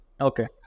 Okay